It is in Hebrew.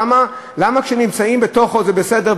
למה כשנמצאים בפנים זה בסדר,